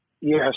Yes